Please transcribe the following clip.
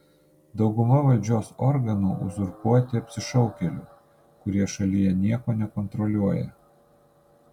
dauguma valdžios organų uzurpuoti apsišaukėlių kurie šalyje nieko nekontroliuoja